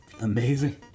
amazing